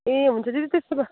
ए हुन्छ दिदी त्यसो भए